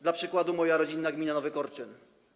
Dla przykładu: moja rodzinna gmina Nowy Korczyn.